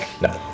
no